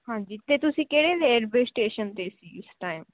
ਹਾਂਜੀ ਅਤੇ ਤੁਸੀਂ ਕਿਹੜੇ ਰੇਲਵੇ ਸਟੇਸ਼ਨ 'ਤੇ ਸੀ ਉਸ ਟਾਈਮ